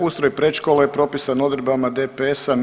Ustroj predškole je propisan odredbama DPS-a.